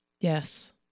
yes